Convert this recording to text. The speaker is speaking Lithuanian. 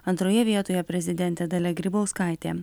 antroje vietoje prezidentė dalia grybauskaitė